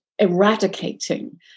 eradicating